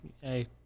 Hey